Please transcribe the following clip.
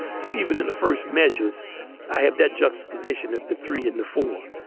so even in the first measures i have that juxtaposition of the three and the four,